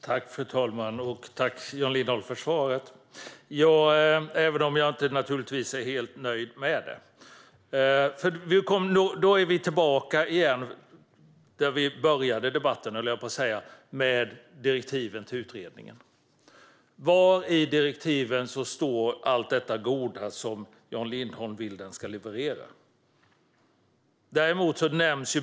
Fru talman! Jag tackar Jan Lindholm för svaret, även om jag givetvis inte är helt nöjd med det. Nu är vi tillbaka där debatten började, med direktiven till utredningen. Var i direktiven står allt det goda som Jan Lindholm vill att den ska leverera?